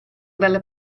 dalle